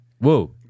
Whoa